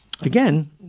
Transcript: again